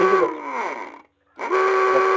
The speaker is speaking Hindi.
ठीक है बस बस